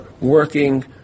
working